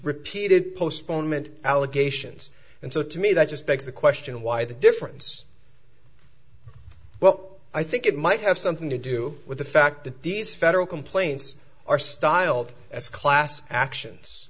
repeated postponement allegations and so to me that just begs the question why the difference well i think it might have something to do with the fact that these federal complaints are styled as class actions